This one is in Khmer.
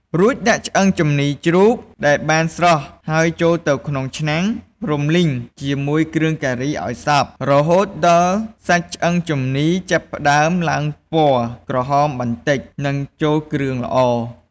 រួចដាក់ ឆ្អឹងជំនីរជ្រូក ដែលបានស្រុះហើយចូលទៅក្នុងឆ្នាំង រំលីងជាមួយគ្រឿងការីឱ្យសព្វ រហូតដល់សាច់ឆ្អឹងជំនីរចាប់ផ្ដើមឡើងពណ៌ក្រហមបន្តិច និងចូលគ្រឿងល្អ។